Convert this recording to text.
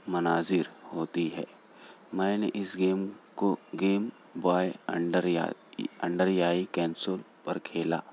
مناظر ہوتی ہے میں نے اس گیم کو گیم بوائے انڈر یا انڈریائی کینسول پر کھیلا